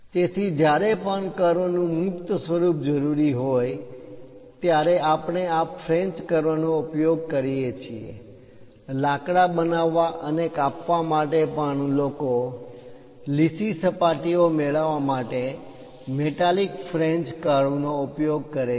તેથી જ્યારે પણ કર્વ નું મુક્ત સ્વરૂપ જરૂરી હોય ત્યારે આપણે આ ફ્રેન્ચ કર્વ નો ઉપયોગ કરીએ છીએ લાકડા બનાવવા અને કાપવા માટે પણ લોકો લીસી સપાટી મેળવવા માટે મેટાલિક ફ્રેન્ચ કર્વ નો ઉપયોગ કરે છે